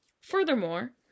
furthermore